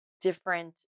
different